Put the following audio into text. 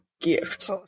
gift